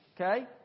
okay